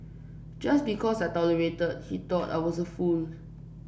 just because I tolerated he thought I was a fool